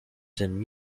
than